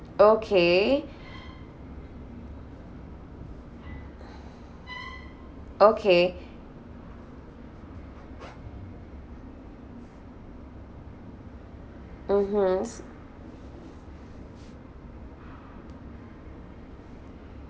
okay okay mmhmm